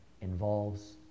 involves